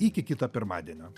iki kito pirmadienio